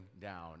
down